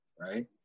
right